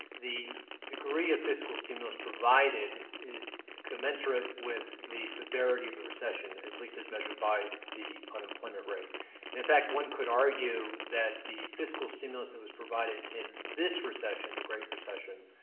the degree of fiscal stimulus provided is commensurate with the severity of the recession, at least as measured by the unemployment rate. and in fact, one could argue that the fiscal stimulus that was provided in this recession, the great recession,